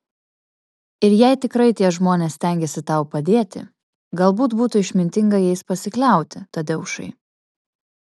ir jei tikrai tie žmonės stengiasi tau padėti galbūt būtų išmintinga jais pasikliauti tadeušai